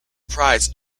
prize